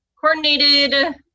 coordinated